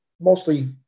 mostly